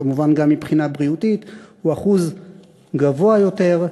כמובן, גם מבחינה בריאותית, הוא אחוז גבוה יותר.